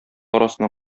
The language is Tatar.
арасына